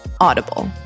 audible